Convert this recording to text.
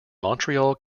montreal